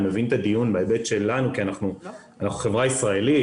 אני מבין את הדיון בהיבט שלנו כי אנחנו חברה ישראלית,